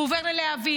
הוא עובר ללהבים,